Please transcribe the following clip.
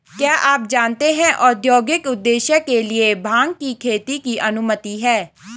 क्या आप जानते है औद्योगिक उद्देश्य के लिए भांग की खेती की अनुमति है?